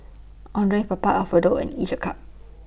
Andre Papa Alfredo and Each A Cup